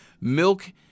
milk